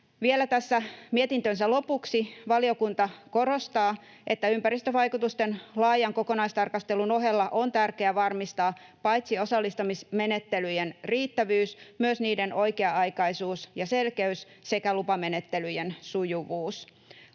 Vielä tässä mietintönsä lopuksi valiokunta korostaa, että ympäristövaikutusten laajan kokonaistarkastelun ohella on tärkeää varmistaa paitsi osallistamismenettelyjen riittävyys myös niiden oikea-aikaisuus ja selkeys sekä lupamenettelyjen sujuvuus.